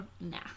nah